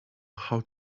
how